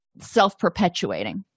self-perpetuating